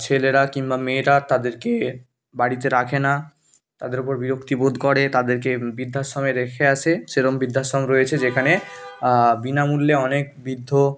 ছেলেরা কিংবা মেয়েরা তাদেরকে বাড়িতে রাখে না তাদের ওপর বিরক্তি বোধ করে তাদেরকে বৃদ্ধাশ্রমে রেখে আসে সেরকম বৃদ্ধাশ্রম রয়েছে যেখানে বিনামূল্যে অনেক বৃদ্ধ